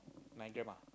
my grandma